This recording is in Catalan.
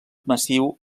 massiu